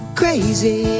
crazy